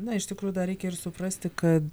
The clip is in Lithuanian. na iš tikrųjų dar reikia ir suprasti kad